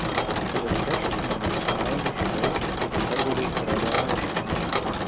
kad atkeršytumėme tau už tai jog pardavei fredo laišką